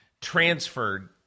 transferred